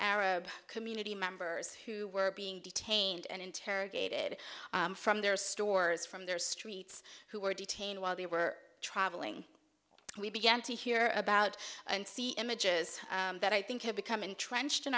arab community members who were being detained and interrogated from their stores from their streets who were detained while they were traveling and we began to hear about and see images that i think have become entrenched in